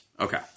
Okay